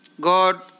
God